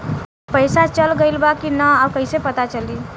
पइसा चल गेलऽ बा कि न और कइसे पता चलि?